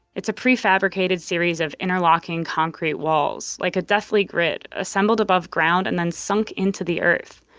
it's a prefabricated series of interlocking concrete walls like a deathly grid assembled above ground and then sunk into the earth.